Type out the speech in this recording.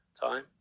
time